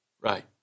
Right